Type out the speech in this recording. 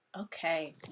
Okay